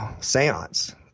seance